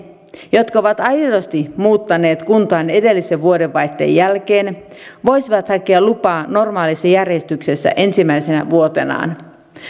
jotka ovat aidosti muuttaneet kuntaan edellisen vuodenvaihteen jälkeen voisivat hakea lupaa normaalissa järjestyksessä ensimmäisenä vuotenaan